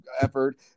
effort